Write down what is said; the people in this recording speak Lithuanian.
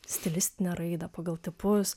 stilistinę raidą pagal tipus